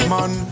Man